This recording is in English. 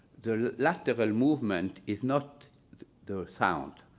the lateral movement is not the sound.